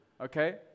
okay